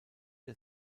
der